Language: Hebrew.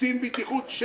קצין בטיחות-